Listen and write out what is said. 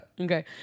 Okay